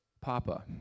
papa